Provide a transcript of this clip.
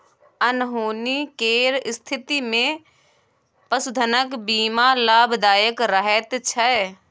अनहोनी केर स्थितिमे पशुधनक बीमा लाभदायक रहैत छै